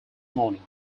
morning